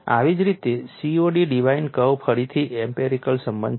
આવી જ રીતે COD ડિઝાઇન કર્વ ફરીથી એમ્પિરિકલ સંબંધ છે